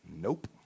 Nope